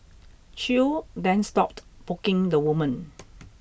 Chew then stopped poking the woman